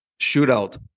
Shootout